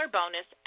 bonus